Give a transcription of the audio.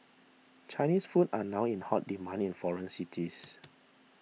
Chinese food are now in hot demand in foreign cities